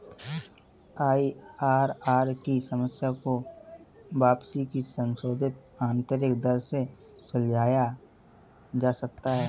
IRR की समस्या को वापसी की संशोधित आंतरिक दर से सुलझाया जा सकता है